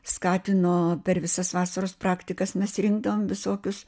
skatino per visas vasaros praktikas mes rinkdavom visokius